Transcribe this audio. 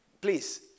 please